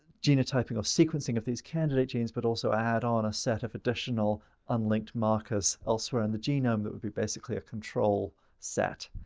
genotyping or sequencing of these candidate genes but also add on a set of additional unlinked markers elsewhere in the genome. that would be basically a control set.